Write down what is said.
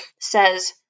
says